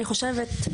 אני חושבת,